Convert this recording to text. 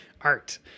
Art